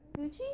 Gucci